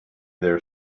their